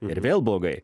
ir vėl blogai